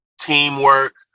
teamwork